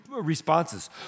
responses